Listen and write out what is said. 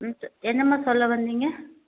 என்னமா சொல்ல வந்திங்க